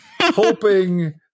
hoping